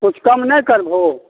किछु कम नहि करबहो